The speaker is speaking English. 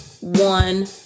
one